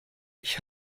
ich